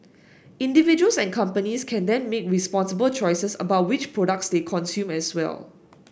individuals and companies can then make responsible choices about which products they consume as well